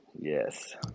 Yes